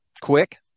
quick